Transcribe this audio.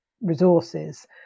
resources